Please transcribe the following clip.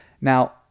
Now